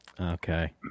Okay